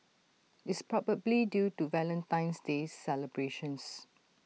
it's probably due to Valentine's day celebrations